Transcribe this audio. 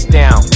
down